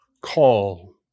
call